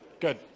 Good